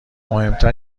مهمتر